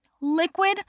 Liquid